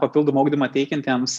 papildomą ugdymą teikiantiems